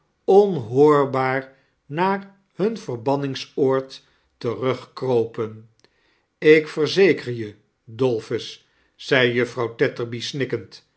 onhoorbaar naar hun verbanningsoord terugkropen ik verzeker je dolphus zei juffrouw